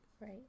Right